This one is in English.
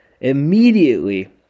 immediately